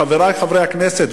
חברי חברי הכנסת,